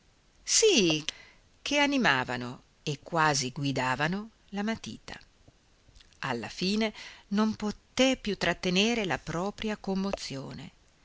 sì che animavano e quasi guidavano la matita alla fine non poté più trattenere la propria commozione